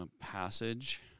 passage